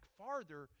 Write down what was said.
farther